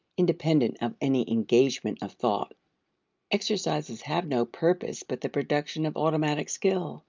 independent of any engagement of thought exercises have no purpose but the production of automatic skill.